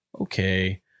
okay